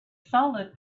solid